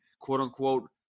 quote-unquote